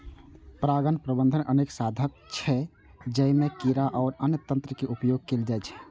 परागण प्रबंधनक अनेक साधन छै, जइमे कीड़ा आ अन्य तंत्र के उपयोग कैल जाइ छै